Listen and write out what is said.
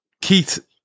Keith